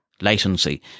latency